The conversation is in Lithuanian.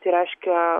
tai reiškia